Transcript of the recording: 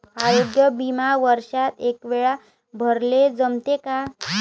आरोग्य बिमा वर्षात एकवेळा भराले जमते का?